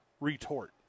retort